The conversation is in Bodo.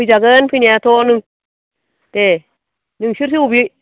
फैजागोन फैनायाथ' दे नोंसोरसो अबे